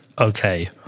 Okay